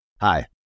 Hi